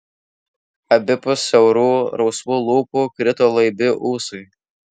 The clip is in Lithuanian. abipus siaurų rausvų lūpų krito laibi ūsai